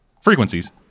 Frequencies